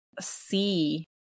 see